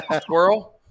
squirrel